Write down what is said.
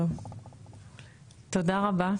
תודה רבה.